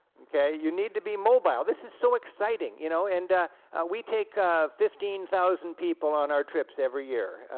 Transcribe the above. okay. you need to be mobile. this is so exciting, you know, and we take fifteen thousand people on our trips every year,